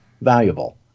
valuable